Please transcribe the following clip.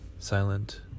Silent